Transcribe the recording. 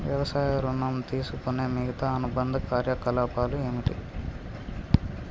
వ్యవసాయ ఋణం తీసుకునే మిగితా అనుబంధ కార్యకలాపాలు ఏమిటి?